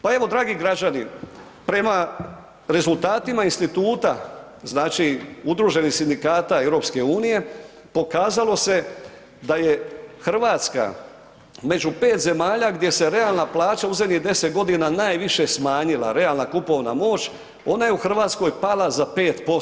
Pa evo dragi građani, prema rezultatima instituta znači udruženih sindikata EU-a, pokazalo se da je Hrvatska među 5 zemalja gdje se realna plaća u zadnjih 10 g. najviše smanjila, realna kupovna moć, ona je u Hrvatskoj pala za 5%